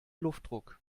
luftdruck